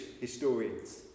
historians